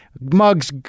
mugs